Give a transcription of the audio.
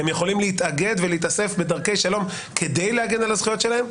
הם יכולים להתאגד ולהתאסף בדרכי שלום כדי להגן על הזכויות שלהם,